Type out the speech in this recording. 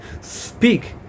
Speak